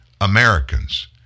Americans